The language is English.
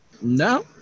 No